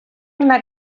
una